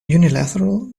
unilateral